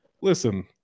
listen